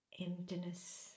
emptiness